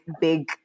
big